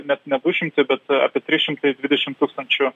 net ne du šimtai bet apie trys šimtai dvidešimt tūkstančių